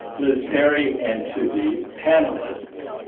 liz perry and to the panelists.